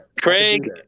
Craig